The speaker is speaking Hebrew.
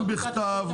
גם בכתב,